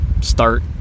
start